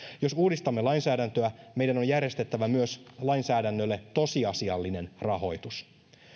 jos uudistamme lainsäädäntöä meidän on järjestettävä myös lainsäädännölle tosiasiallinen rahoitus